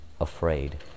afraid